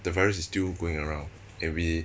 the virus is still going around and we